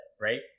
right